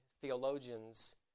theologians